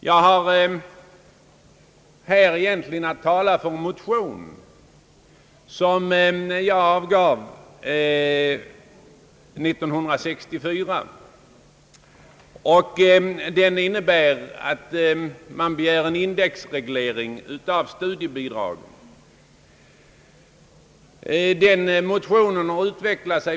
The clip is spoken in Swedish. Jag ämnar här egentligen tala för en motion, som jag första gången väckte 1964 och i vilken begärdes indexreglering av studiebidragen.